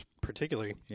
particularly